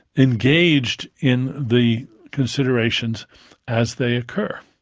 engaged in the considerations as they occur.